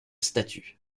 statut